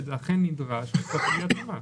שזה אכן נדרש לצורך גביית המס.